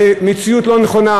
זה מציאות לא נכונה,